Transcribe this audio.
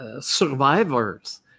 survivors